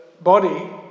body